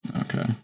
Okay